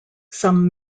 some